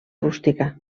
rústica